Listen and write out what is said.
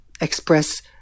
express